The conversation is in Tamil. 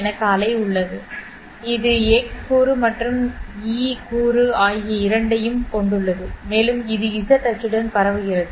எனக்கு அலை உள்ளது இது எக்ஸ் கூறு மற்றும் ஈ கூறு ஆகிய இரண்டையும் கொண்டுள்ளது மேலும் இது z அச்சுடன் பரவுகிறது